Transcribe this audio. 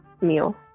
meal